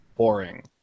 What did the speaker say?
Boring